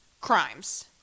crimes